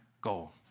goal